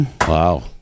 Wow